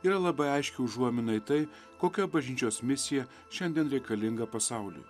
yra labai aiški užuomina į tai kokia bažnyčios misija šiandien reikalinga pasauliui